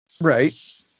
Right